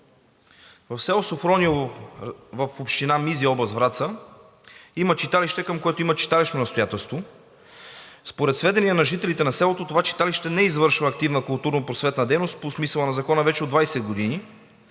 В село Софрониево в община Мизия, област Враца, има читалище, към което има читалищно настоятелство, и според сведения на жителите на селото това читалище не извършва активна културно-просветна дейност по смисъла на закона вече от 20 години.